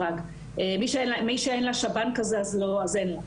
מי שאין לה שב"ן כזה אז אין לה.